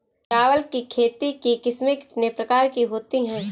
चावल की खेती की किस्में कितने प्रकार की होती हैं?